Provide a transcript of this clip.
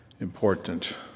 important